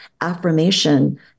affirmation